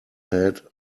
head